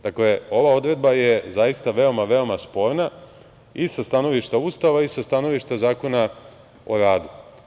Dakle, ova odredba je veoma sporna i sa stanovišta Ustava i sa stanovišta Zakona o radu.